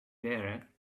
there